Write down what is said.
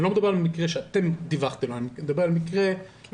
אני לא מדבר על מקרה שאתם דיווחתם אלא אני מדבר על מקרה שנודע